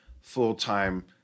full-time